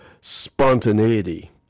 spontaneity